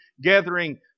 gathering